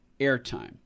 airtime